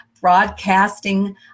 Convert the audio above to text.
broadcasting